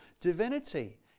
divinity